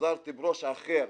חזרתי עם ראש אחר,